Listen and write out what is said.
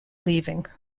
leaving